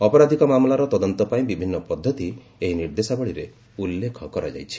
ଅପରାଧିକ ମାମଲାର ତଦନ୍ତପାଇଁ ବିଭିନ୍ନ ପଦ୍ଧତି ଏହି ନିର୍ଦ୍ଦେଶାବଳୀରେ ଉଲ୍ଲେଖ କରାଯାଇଛି